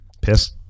Piss